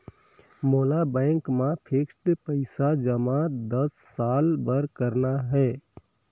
मोला बैंक मा फिक्स्ड पइसा जमा दस साल बार करना हे?